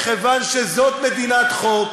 מכיוון שזאת מדינת חוק,